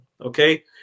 Okay